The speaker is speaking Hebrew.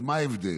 מה ההבדל?